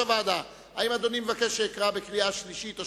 האם אדוני מבקש שאקרא בקריאה שלישית או